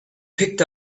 picked